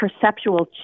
perceptual